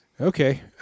Okay